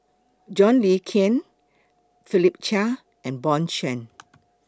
John Le Cain Philip Chia and Bjorn Shen